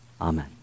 Amen